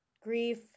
grief